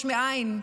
יש מאין,